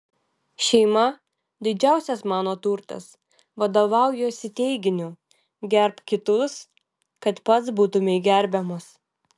šeima didžiausias mano turtas vadovaujuosi teiginiu gerbk kitus kad pats būtumei gerbiamas